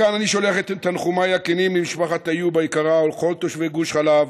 מכאן אני שולח את תנחומי הכנים למשפחת איוב היקרה ולכל תושבי גוש חלב,